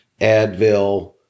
Advil